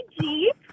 Jeep